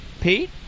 Pete